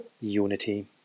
unity